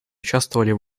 участвовали